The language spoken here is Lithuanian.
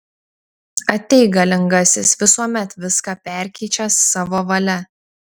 ateik galingasis visuomet viską perkeičiąs savo valia